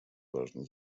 важной